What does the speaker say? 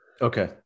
Okay